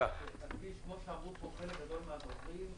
כמו שאמרו חלק גדול מהדוברים,